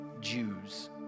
Jews